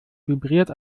vibriert